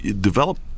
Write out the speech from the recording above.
develop